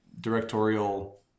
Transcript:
directorial